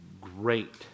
great